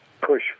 push